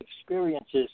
experiences